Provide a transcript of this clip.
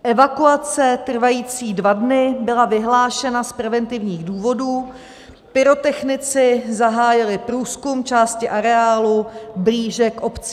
Evakuace trvající dva dny byla vyhlášena z preventivních důvodů, pyrotechnici zahájili průzkum části areálu blíže k obcím.